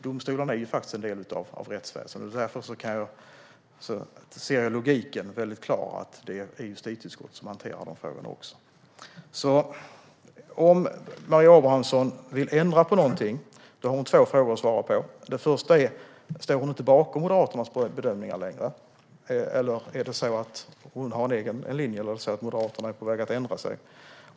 Domstolarna är en del av rättsväsendet, och därför ser jag en väldigt klar logik i att det är justitie-utskottet som hanterar även detta. Om Maria Abrahamsson vill ändra på någonting har hon två frågor att svara på. Den första är: Är det så att hon har en egen linje och inte längre står bakom Moderaternas bedömningar, eller är det så att Moderaterna är på väg att ändra sig?